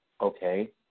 Okay